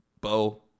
Bo